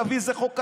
תביא איזה חוק כזה,